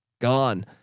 Gone